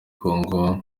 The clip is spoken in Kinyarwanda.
congo